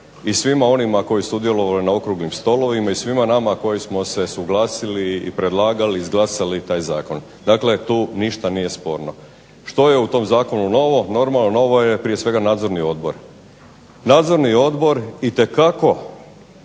i svima onima koji su sudjelovali na Okruglim stolovima i svima nama koji smo se suglasili i predlagali i izglasali taj Zakon. Tu nije ništa sporno. Što je u tom Zakonu novo, novo je prije svega nadzorni odbor. Nadzorni odbor itekako